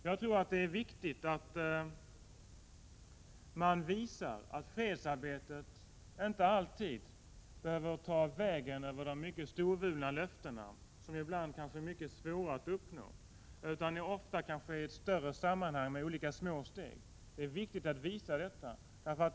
Jag tror att det är viktigt att man visar att fredsarbetet inte alltid behöver ta vägen över de mycket storvulna löftena, som ibland är mycket svåra att infria, utan ofta kan ske i ett större sammanhang med många små steg. Det är viktigt att visa detta.